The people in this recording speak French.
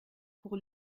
pour